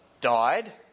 died